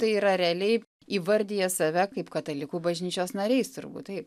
tai yra realiai įvardija save kaip katalikų bažnyčios nariais turbūt tai